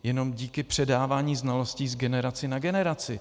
Jenom díky předávání znalostí z generace na generaci.